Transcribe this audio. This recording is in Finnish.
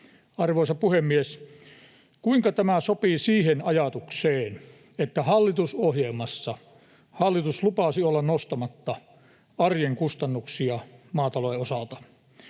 Arvoisa puhemies, kuinka tämä sopii siihen ajatukseen, että hallitusohjelmassa hallitus lupasi olla nostamatta arjen kustannuksia maatalouden osalta?